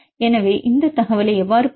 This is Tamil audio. எனவே இந்த தகவலை எவ்வாறு பெறுவது